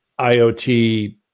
iot